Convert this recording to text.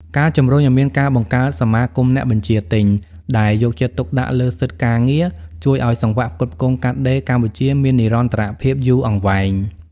ការជំរុញឱ្យមានការបង្កើតសមាគមអ្នកបញ្ជាទិញ ដែលយកចិត្តទុកដាក់លើសិទ្ធិការងារ ជួយឱ្យសង្វាក់ផ្គត់ផ្គង់កាត់ដេរកម្ពុជាមាននិរន្តរភាពយូរអង្វែង។